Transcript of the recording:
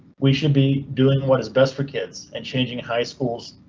we should be doing what is best for kids and changing high schools.